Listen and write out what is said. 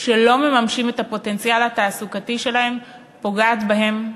שלא מממשים את הפוטנציאל התעסוקתי שלהם פוגעת בהם,